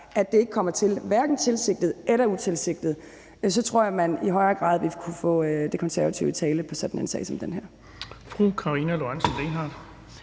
at blive det, hverken tilsigtet eller utilsigtet, for så tror jeg, man i højere grad vil kunne få De Konservative i tale på sådan en sag som den her.